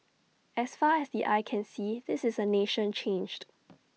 as far as the eye can see this is A nation changed